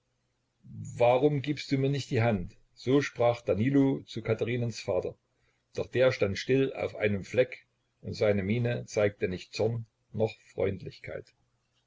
warum gibst du mir nicht die hand so sprach danilo zu katherinens vater doch der stand still auf einem fleck und seine miene zeigte nicht zorn noch freundlichkeit